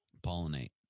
pollinate